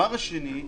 דבר שני,